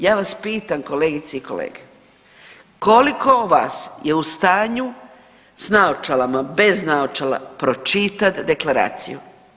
Ja vas pitam kolegice i kolege koliko vas je u stanju sa naočalama, bez naočala pročitati deklaraciju?